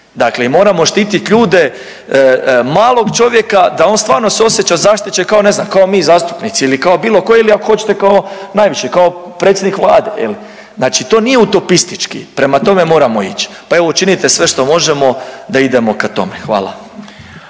Dakle, i moramo štitit ljude malog čovjeka da on stvarno se osjeća zaštićen kao ne znam kao mi zastupnici ili kao bilo koji ili ako hoćete kao najviši kao predsjednik Vlade je li. Znači to nije utopistički, prema tome moramo ići. Pa evo učinite sve što možemo da idemo ka tome. Hvala.